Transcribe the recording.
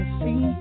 see